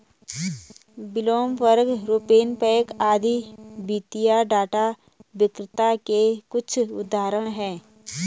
Bloomberg, RavenPack आदि वित्तीय data विक्रेता के कुछ उदाहरण हैं